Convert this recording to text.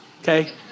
Okay